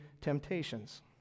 temptations